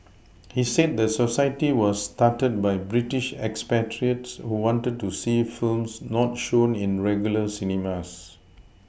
he said the society was started by British expatriates who wanted to see films not shown in regular cinemas